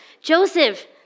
Joseph